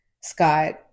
scott